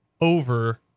over